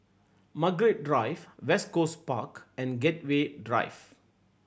Margaret Drive West Coast Park and Gateway Drive